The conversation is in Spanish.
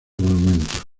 monumento